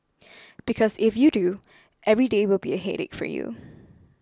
because if you do every day will be a headache for you